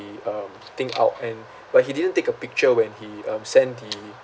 the um thing out and but he didn't take a picture when he um sent the